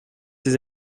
ces